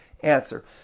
answer